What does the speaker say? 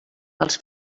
els